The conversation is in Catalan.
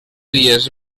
dies